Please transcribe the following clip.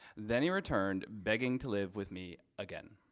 then he returned begging to live with me again.